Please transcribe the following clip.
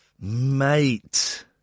Mate